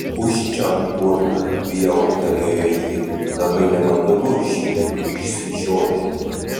užčiaupk burną viauktelėjo ji labai nemandagu šitaip išsižioti